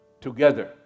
together